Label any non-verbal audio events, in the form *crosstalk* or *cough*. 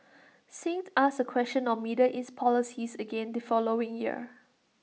*noise* Singh's asked A question on middle east policies again the following year